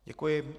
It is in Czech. Děkuji.